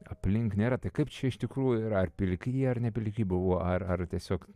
aplink nėra tai kaip čia iš tikrųjų yra ar pilki ar ne pilki jie buvo ar ar tiesiog